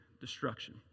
destruction